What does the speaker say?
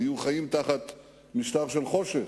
היו חיים תחת משטר של חושך,